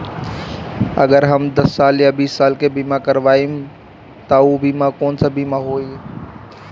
अगर हम दस साल या बिस साल के बिमा करबइम त ऊ बिमा कौन सा बिमा होई?